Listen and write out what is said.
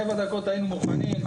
7 דקות היינו מוכנים.